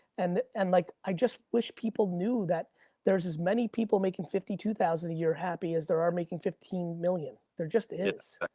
and and like i just wish people knew that there's as many people making fifty two thousand a year happy as there are making fifteen million. there just is.